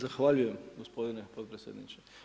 Zahvaljujem gospodin potpredsjedniče.